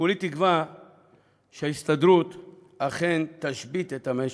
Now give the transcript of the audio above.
כולי תקווה שההסתדרות אכן תשבית את המשק,